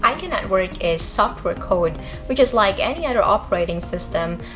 icon network is software code which is like any other operating system